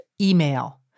email